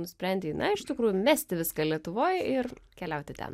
nusprendei na iš tikrųjų mesti viską lietuvoj ir keliauti ten